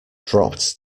dropped